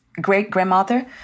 great-grandmother